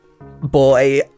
boy